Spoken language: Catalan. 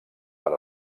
per